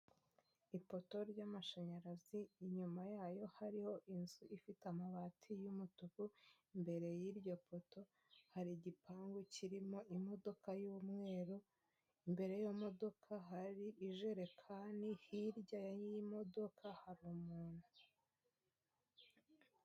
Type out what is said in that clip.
Ipoto ry'amashanyarazi inyuma yayo hariho inzu ifite amabati y'umutuku imbere y'iryo poto hari igipangu kirimo imodoka y'umweru, imbere y'imodoka hari ijerekani hirya y'iyimodoka hari umuntu.